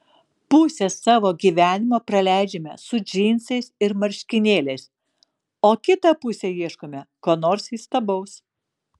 pusę savo gyvenimo praleidžiame su džinsais ir marškinėliais o kitą pusę ieškome ko nors įstabaus